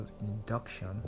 induction